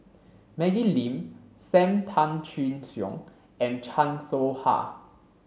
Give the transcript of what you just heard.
Maggie Lim Sam Tan Chin Siong and Chan Soh Ha